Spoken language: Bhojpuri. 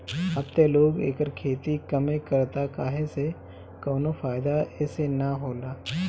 अब त लोग एकर खेती कमे करता काहे से कवनो फ़ायदा एसे न होला